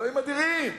אלוהים אדירים.